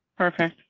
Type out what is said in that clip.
perfect.